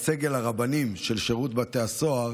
את סגל הרבנים של שירות בתי הסוהר,